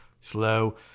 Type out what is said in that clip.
Slow